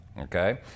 okay